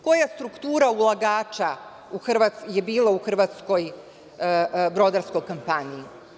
Koja struktura ulagača je bila u hrvatskoj brodarskoj kompaniji?